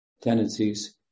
tendencies